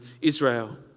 Israel